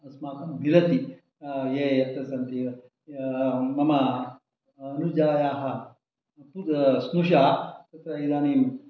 अस्माकं मिलति ये यत्र सन्ति मम अनुजायाः स्नुषा तत्र इदानीं